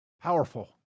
powerful